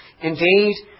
Indeed